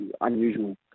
unusual